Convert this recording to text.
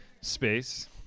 space